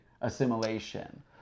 assimilation